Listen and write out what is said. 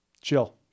chill